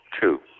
two